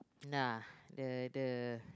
nah the the